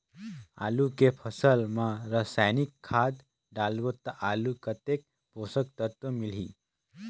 आलू के फसल मा रसायनिक खाद डालबो ता आलू कतेक पोषक तत्व मिलही?